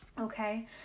Okay